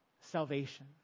salvation